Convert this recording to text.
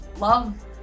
love